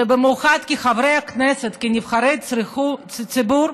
ובמיוחד כחברי הכנסת, כנבחרי הציבור,